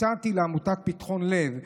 הצעתי לעמותת פתחון לב,